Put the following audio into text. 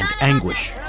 anguish